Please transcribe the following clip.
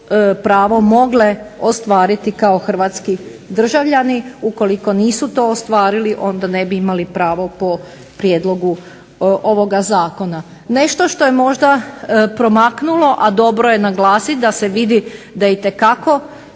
pravo mogle ostvariti kao hrvatski državljani, ukoliko nisu to ostvarili onda ne bi imali pravo po prijedlogu ovoga zakona. Nešto što je možda promaknulo, a dobro je naglasiti da se vidi da itekako